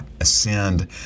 ascend